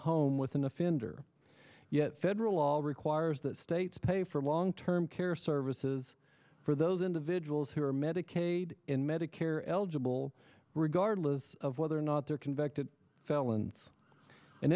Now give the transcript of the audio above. home with an offender yet federal law all requires that states pay for long term care services for those individuals who are medicaid in medicare eligible regardless of whether or not they're convicted felons an